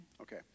Okay